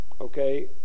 okay